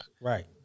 Right